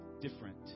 different